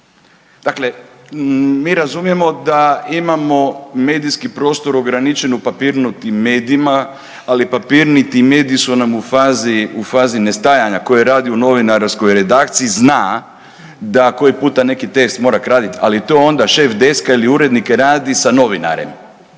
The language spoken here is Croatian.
Dakle, mi razumijemo da imamo medijski prostor ograničen u papirnatim medijima, ali papirnati mediji su nam u fazi, u fazi nestajanja, tko radi u novinarskoj redakciji zna da koji puta neki tekst mora kratit, ali to onda šef deska ili urednik radi sa novinarem.